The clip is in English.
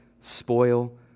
spoil